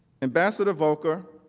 ambassador volker.